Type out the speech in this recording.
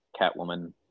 Catwoman